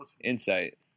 insight